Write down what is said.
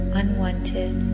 unwanted